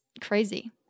crazy